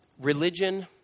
religion